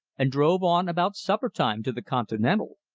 and drove on about supper-time to the continental.